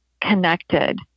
connected